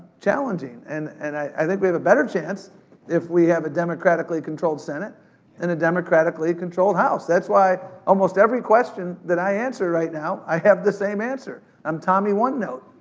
challenging. and and i think we have a better chance if we have a democratically controlled senate and a democratically controlled house. that's why almost every question that i answer right now, i have the same answer, i'm tommy one note.